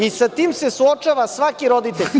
I, sa tim se suočava svaki roditelj.